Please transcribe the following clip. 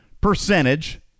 percentage